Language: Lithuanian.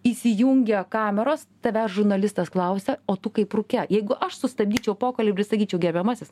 įsijungia kameros tavęs žurnalistas klausia o tu kaip rūke jeigu aš sustabdyčiau pokalbį ir sakyčiau gerbiamasis